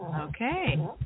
Okay